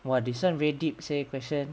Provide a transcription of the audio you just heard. !wah! this one very deep seh question